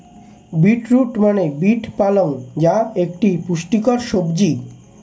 beet root মানে beet পালং যা একটি পুষ্টিকর সবজি